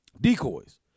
decoys